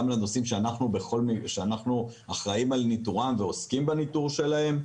לנושאים שאנחנו אחראים על ניטורם ועוסקים בניטורם.